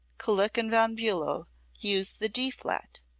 kullak and von bulow use the d flat.